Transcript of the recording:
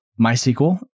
MySQL